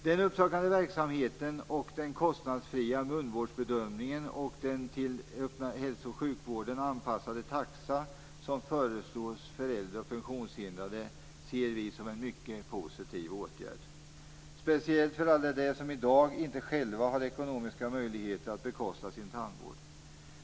Den uppsökande verksamheten, den kostnadsfria munvårdsbedömningen och den till den öppna hälsooch sjukvården anpassade taxa som föreslås för äldre och funktionshindrade ser vi som mycket positiva åtgärder. Speciellt gäller detta för alla dem som i dag inte själva har ekonomiska möjligheter att bekosta sin tandvård.